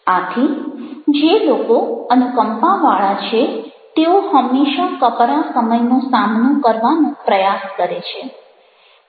આથી જે લોકો અનુકંપાવાળા છે તેઓ હંમેશા કપરા સમયનો સામનો કરવાનો પ્રયાસ કરે છે